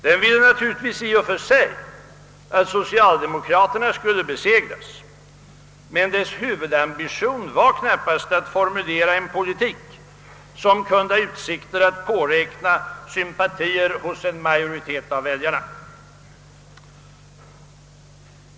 Den ville naturligtvis i och för sig att socialdemokraterna skulle besegras, men dess huvudambition var knappast att formulera en politik som kunde ha utsikt att påräkna sympatier hos en majoritet av väljarna.